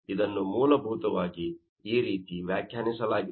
ಇದನ್ನು ಮೂಲಭೂತವಾಗಿ ಈ ರೀತಿ ವ್ಯಾಖ್ಯಾನಿಸಲಾಗಿದೆ